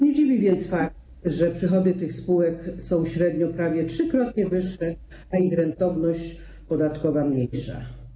Nie dziwi więc fakt, że przychody tych spółek są średnio prawie trzykrotnie wyższe, a ich rentowność podatkowa mniejsza.